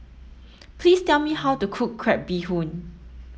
please tell me how to cook crab bee hoon